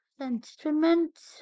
instruments